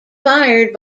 fired